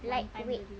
lightweight